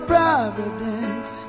Providence